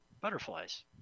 butterflies